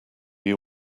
you